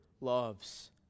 loves